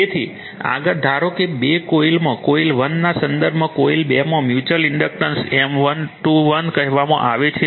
તેથી આગળ ધારો કે બે કોઇલમાં કોઇલ 1 ના સંદર્ભમાં કોઇલ 2 માં મ્યુચુઅલ ઇન્ડક્ટન્સ M21 કહેવામાં આવે છે